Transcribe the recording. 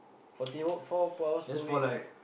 forty four four hours per week